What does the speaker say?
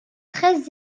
très